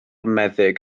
meddyg